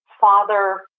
father